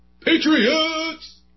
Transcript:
Patriots